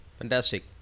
Fantastic